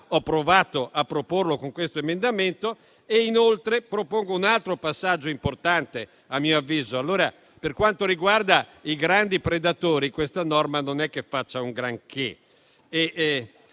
provato a proporre con questo emendamento. Inoltre propongo un altro passaggio importante, a mio avviso. Per quanto riguarda i grandi predatori, questa norma non fa un granché.